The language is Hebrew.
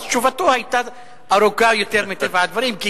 מטבע הדברים תשובתו היתה ארוכה יותר,